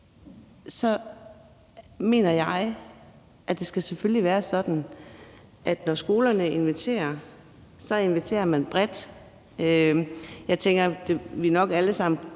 mener jeg, at det selvfølgelig skal være sådan, at når skolerne inviterer, inviterer de bredt. Jeg tænker, at vi nok alle sammen